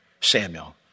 Samuel